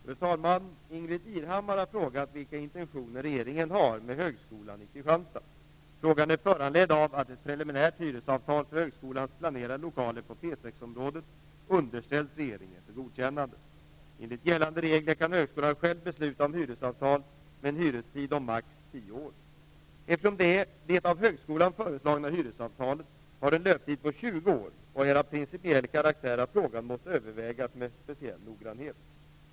Fru talman! Ingbritt Irhammar har frågat vilka intentioner regeringen har med Högskolan i Frågan är föranledd av att preliminärt hyresavtal för högskolans planerade lokaler på P 6-området underställts regeringen för godkännande. Enligt gällande regler kan högskolan själv besluta om hyresavtal med en hyrestid om max tio år. Eftersom det av högskolan föreslagna hyresavtalet har en löptid på tjugo år och är av principiell karaktär har frågan måst övervägas med speciell noggrannhet.